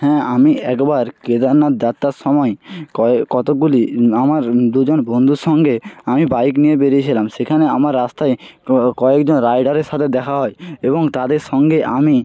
হ্যাঁ আমি একবার কেদারনাথ যাত্রার সময় কতোকগুলি আমার দুজন বন্ধুর সঙ্গে আমি বাইক নিয়ে বেরিয়েছিলাম সেখানে আমার রাস্তায় কয়েকজন রাইডারের সাথে দেখা হয় এবং তাদের সঙ্গে আমি